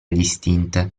distinte